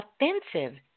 offensive